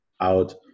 out